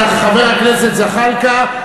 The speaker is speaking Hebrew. בוחריו של חבר הכנסת זחאלקה,